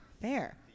Fair